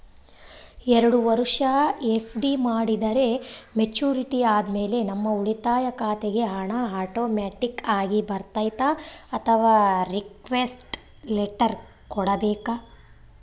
ಎರಡು ವರುಷ ಎಫ್.ಡಿ ಮಾಡಿದರೆ ಮೆಚ್ಯೂರಿಟಿ ಆದಮೇಲೆ ನಮ್ಮ ಉಳಿತಾಯ ಖಾತೆಗೆ ಹಣ ಆಟೋಮ್ಯಾಟಿಕ್ ಆಗಿ ಬರ್ತೈತಾ ಅಥವಾ ರಿಕ್ವೆಸ್ಟ್ ಲೆಟರ್ ಕೊಡಬೇಕಾ?